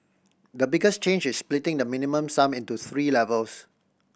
the biggest change is splitting the Minimum Sum into three levels